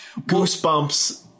goosebumps